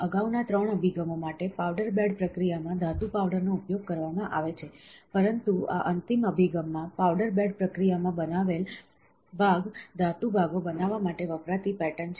અગાઉના 3 અભિગમો માટે પાવડર બેડ પ્રક્રિયામાં ધાતુ પાવડરનો ઉપયોગ કરવામાં આવે છે પરંતુ આ અંતિમ અભિગમમાં પાવડર બેડ પ્રક્રિયામાં બનાવેલ ભાગ ધાતુ ભાગો બનાવવા માટે વપરાતી પેટર્ન છે